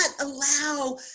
allow